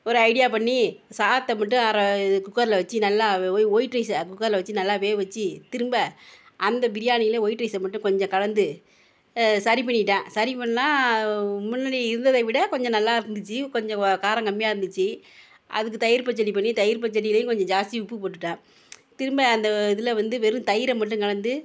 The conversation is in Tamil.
ஒரு ஐடியா பண்ணி சாதத்தை மட்டும் அரை குக்கரில் வச்சு நல்லா ஒயிட் ரைஸை குக்கரில் வச்சு நல்லா வேக வச்சு திரும்ப அந்த பிரியாணிலேயே ஒயிட் ரைஸை மட்டும் கொஞ்சம் கலந்து சரி பண்ணிட்டேன் சரி பண்ணால் முன்னாடி இருந்ததை விட கொஞ்சம் நல்லா இருந்துச்சு கொஞ்சம் காரம் கம்மியாக இருந்துச்சு அதுக்கு தயிர் பச்சடி பண்ணி தயிர் பச்சடிலேயும் கொஞ்சம் ஜாஸ்தி உப்பு போட்டுட்டேன் திரும்ப அந்த இதில் வந்து வெறும் தயிரை மட்டும் கலந்து